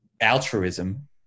altruism